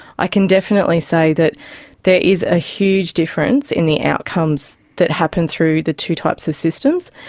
i can definitely say that there is a huge difference in the outcomes that happen through the two types of systems.